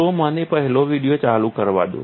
તો મને પહેલો વિડિયો ચાલુ કરવા દો